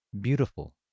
beautiful